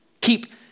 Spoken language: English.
Keep